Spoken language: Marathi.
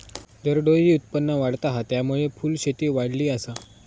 दरडोई उत्पन्न वाढता हा, त्यामुळे फुलशेती वाढली आसा